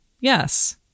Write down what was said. yes